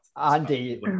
Andy